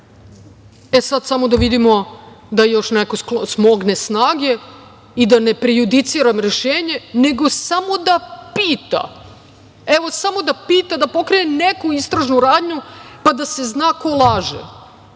Sad samo da vidimo da još neko smogne snage i da ne prejudiciram rešenje, nego samo da pita, evo, samo da pita, da pokrene neku istražnu radnju, pa da se zna ko laže.